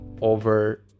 over